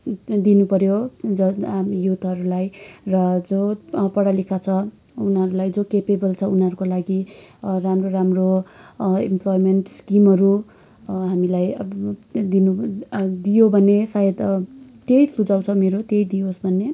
दिनुपऱ्यो जब हामी युथहरूलाई र जो पढालिखा छ उनीहरूलाई जो क्यापेबल छ उनीहरूको लागि राम्रो राम्रो इम्प्लोइमेन्ट स्किमहरू हामीलाई दिनु दियो भने सायद त्यही सुझाउ छ मेरो त्यही दिइयोस् भन्ने